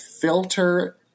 filter